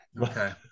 Okay